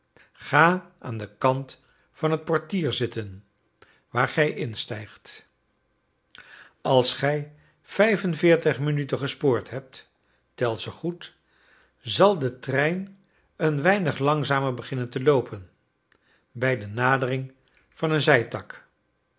ga aan den kant van het portier zitten waar gij instijgt als gij vijf en veertig minuten gespoord hebt tel ze goed zal de trein een weinig langzamer beginnen te loopen bij de nadering van een